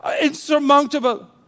insurmountable